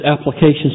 applications